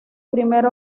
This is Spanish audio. primer